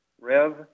Rev